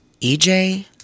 EJ